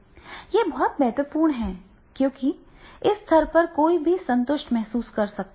यह बहुत महत्वपूर्ण है क्योंकि इस स्तर पर कोई भी संतुष्ट महसूस कर सकता है